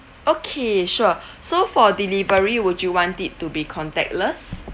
okay sure so for delivery would you want it to be contactless